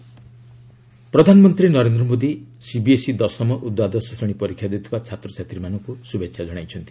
PM CBSE ପ୍ରଧାନମନ୍ତ୍ରୀ Narendra Modi CBSE ଦଶମ ଓ ଦ୍ୱାଦଶ ଶ୍ରେଣୀ ପରୀକ୍ଷା ଦେଉଥିବା ଛାତ୍ରଛାତ୍ରୀମାନଙ୍କୁ ଶୁଭେଛା ଜଣାଇଛନ୍ତି